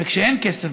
וכשאין כסף,